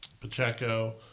Pacheco